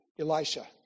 Elisha